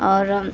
और